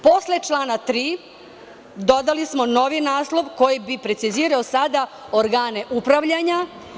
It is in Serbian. Posle člana 3. dodali smo novi naslov koji bi precizirao sada organe upravljanja.